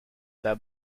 pas